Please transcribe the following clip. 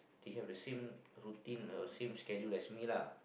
they have the same routine and same schedule like me lah